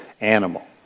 animal